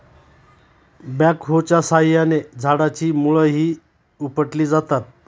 बॅकहोच्या साहाय्याने झाडाची मुळंही उपटली जातात